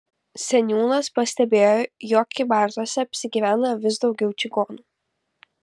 seniūnas pastebėjo jog kybartuose apsigyvena vis daugiau čigonų